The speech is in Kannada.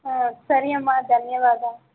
ಹಾಂ ಸರಿಯಮ್ಮ ಧನ್ಯವಾದ